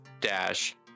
dash